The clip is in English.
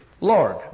Lord